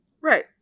Right